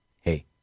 Hey